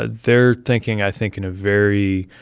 ah they're thinking, i think, in a very,